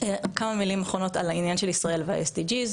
כמה מילים אחרונות על העניין של ישראל וה-SDG.